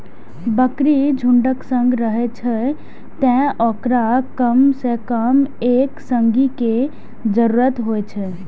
बकरी झुंडक संग रहै छै, तें ओकरा कम सं कम एक संगी के जरूरत होइ छै